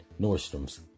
Nordstrom's